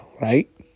right